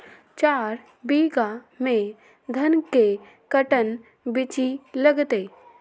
चार बीघा में धन के कर्टन बिच्ची लगतै?